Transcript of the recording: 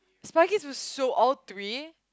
Spy Kids was so all three